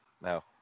No